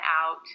out